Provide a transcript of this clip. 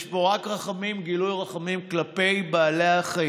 יש בו רק רחמים, גילוי רחמים כלפי בעלי החיים,